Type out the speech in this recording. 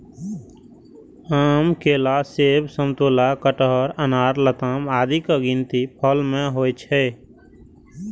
आम, केला, सेब, समतोला, कटहर, अनार, लताम आदिक गिनती फल मे होइ छै